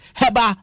heba